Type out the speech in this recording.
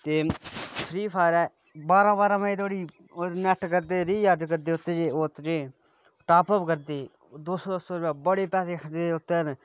ते फ्री फायरै बारां बारां बजे धोड़ी होर नेट करदे रिचार्ज करदे ओह्दे च टाॅप अपॅ करदे दौ सौ रूपये बड़े पैसे खर्चदे न